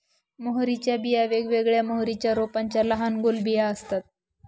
मोहरीच्या बिया वेगवेगळ्या मोहरीच्या रोपांच्या लहान गोल बिया असतात